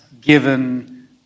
given